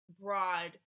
broad